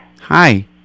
Hi